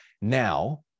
now